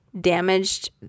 damaged